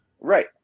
Right